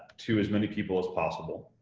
to as many people as possible.